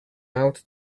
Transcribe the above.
out